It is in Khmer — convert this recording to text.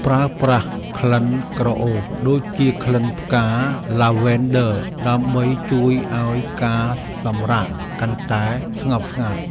ប្រើប្រាស់ក្លិនក្រអូប ដូចជាក្លិនផ្កាឡាវែនឌ័រ ដើម្បីជួយឱ្យការសម្រាកកាន់តែស្ងប់ស្ងាត់។